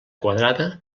quadrada